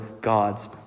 God's